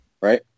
Right